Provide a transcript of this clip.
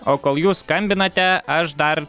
o kol jūs skambinate aš dar